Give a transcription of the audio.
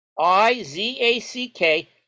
I-Z-A-C-K